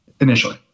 initially